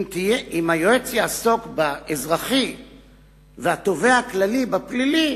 אם היועץ יעסוק באזרחי והתובע הכללי בפלילי,